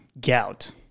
gout